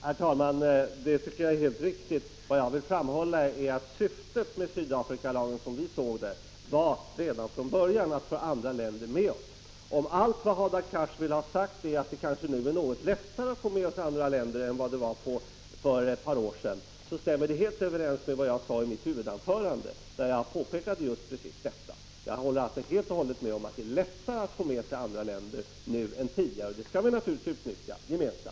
Herr talman! Det är helt riktigt att situationen har förändrats. Vad jag ville framhålla var dock att syftet med Sydafrikalagen, som vi såg det, redan från början var att få andra länder med oss. Om allt vad Hadar Cars vill få sagt är att det nu kanske är något lättare än för ett par år sedan att få andra länder med oss, stämmer det helt överens med vad jag sade i mitt huvudanförande, där jag påpekade precis detta. Jag håller alltså helt och hållet med om att vi nu har lättare än tidigare att få andra länder med oss, och det skall vi naturligtvis gemensamt utnyttja.